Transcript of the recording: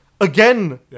again